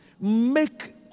Make